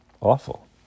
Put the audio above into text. awful